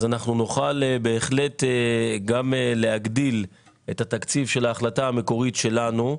אז אנחנו נוכל בהחלט גם להגדיל את התקציב של ההחלטה המקורית שלנו.